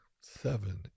seven